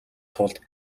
тулд